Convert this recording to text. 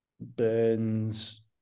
Burns